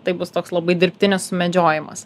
tai bus toks labai dirbtinis sumedžiojimas